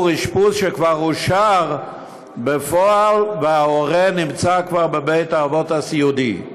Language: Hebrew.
אשפוז שכבר אושר בפועל וההורה נמצא כבר בבית-האבות הסיעודי.